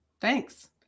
Thanks